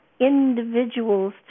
individuals